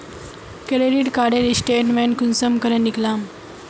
Credit कार्डेर statement कुंसम करे निकलाम?